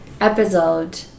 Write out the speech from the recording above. episode